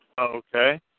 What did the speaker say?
Okay